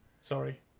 Sorry